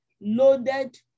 loaded